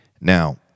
Now